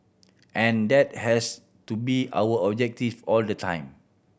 and that has to be our objective all the time